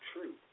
true